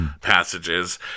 Passages